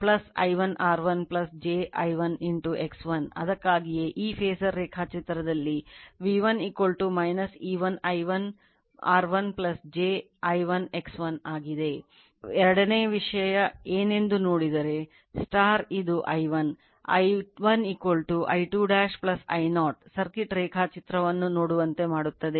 w ಮತ್ತು ಎರಡನೆಯ ವಿಷಯ ಏನೆಂದು ನೋಡಿದರೆ ಇದು I1 I1 I2 I0 circuit ರೇಖಾಚಿತ್ರವನ್ನು ನೋಡುವಂತೆ ಮಾಡುತ್ತದೆ